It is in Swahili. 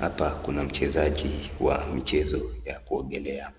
Hapa kuna mchezaji wa mchezo ya kuogelea